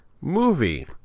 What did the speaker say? movie